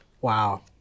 Wow